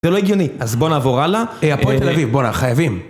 זה לא הגיוני, אז בוא נעבור הלאה, אהה, הפועל תל אביב, בואנה, חייבים.